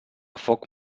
foc